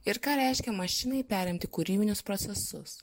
ir ką reiškia mašinai perimti kūrybinius procesus